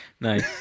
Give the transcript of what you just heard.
Nice